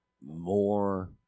More